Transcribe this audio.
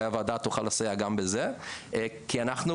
אולי הוועדה תוכל לסייע גם בזה כי אנחנו